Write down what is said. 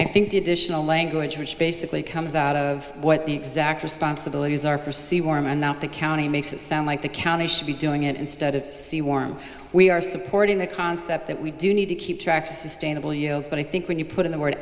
i think the additional language which basically comes out of what the exact responsibilities are perceived warm and not the county makes it sound like the county should be doing it instead of sea warm we are supporting the concept that we do need to keep track sustainable yields but i think when you put in the word